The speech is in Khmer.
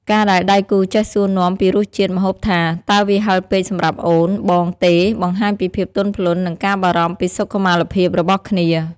ការដែលដៃគូចេះសួរនាំពីរសជាតិម្ហូបថា "តើវាហឹរពេកសម្រាប់អូន/បងទេ?" បង្ហាញពីភាពទន់ភ្លន់ និងការបារម្ភពីសុខុមាលភាពរបស់គ្នា។